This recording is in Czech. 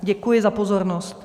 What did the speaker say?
Děkuji za pozornost.